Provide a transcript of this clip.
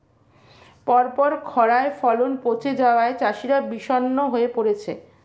পরপর খড়ায় ফলন পচে যাওয়ায় চাষিরা বিষণ্ণ হয়ে পরেছে